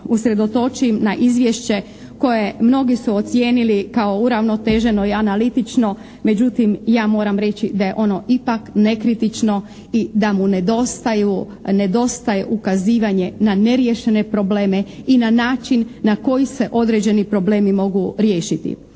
usredotočim na izvješće koje mnogi su ocijenili kao uravnoteženo i analitično, međutim, ja moram reći da je ono ipak nekritično i da mu nedostaje ukazivanje na neriješene probleme i na način na koji se određeni problemi mogu riješiti.